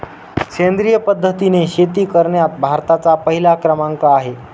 सेंद्रिय पद्धतीने शेती करण्यात भारताचा पहिला क्रमांक आहे